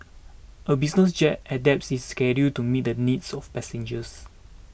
a business jet adapts its schedule to meet the needs of passengers